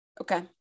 Okay